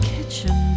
Kitchen